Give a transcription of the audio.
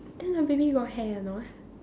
then the baby got hair or not